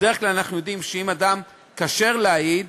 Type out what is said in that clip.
בדרך כלל אנחנו יודעים שאם אדם כשר להעיד